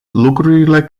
lucrurile